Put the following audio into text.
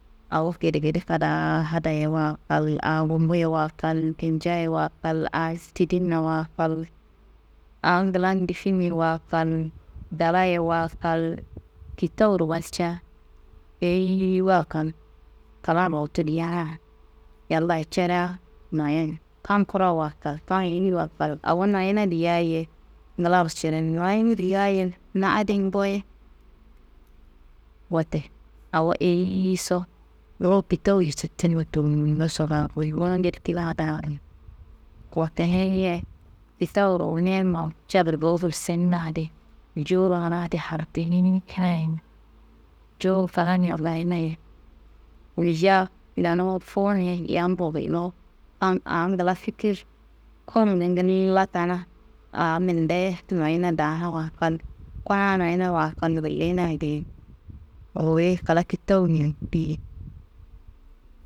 Awo gedegede kadaa hadayewa kal, aa gumbuyewa kal, kincayewa kal, aa tidinnawa kal, aa nglan difinniyewa kal, galayewa kal, kitawuro walca eyiyiwa kal, klan ruwutu diya yalla cerea noyen, kam kurawa kal, kam woliwa kal, awo noyina diya ye nglaro cirin, noyini diya ye na adin boye. Wote awo eyiyiso ruwu kitawuye cittin gullu njedikina daa geyi. Wote niyi ye kitawu ruwuninmo ca burgowu gulsimna di jowuro mana adi hardininkina ni, jowu klaniaro gayinaye, woyiya lenuwu fuwunniye yamndo gulluwu, kam aa ngla fikir kombe ngilla tana aa mindeye noyina daanawa kal, kuna noyinawa kal, gullina geyi, ruwuyi kla kitawuyen diyi.